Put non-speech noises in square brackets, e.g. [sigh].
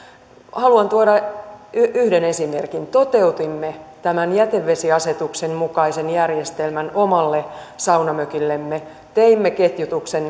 haluan tuoda yhden esimerkin toteutimme tämän jätevesiasetuksen mukaisen järjestelmän omalle saunamökillemme teimme ketjutuksen [unintelligible]